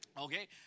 Okay